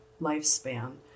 lifespan